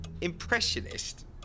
Impressionist